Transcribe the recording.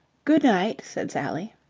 good night, said sally.